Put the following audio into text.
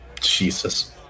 Jesus